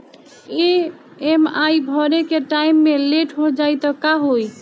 EMI भरे के time मे लेट हो जायी त का होई?